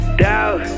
doubt